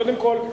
קודם כול,